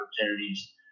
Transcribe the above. opportunities